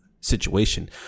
situation